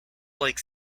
like